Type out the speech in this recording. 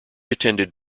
attended